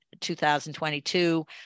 2022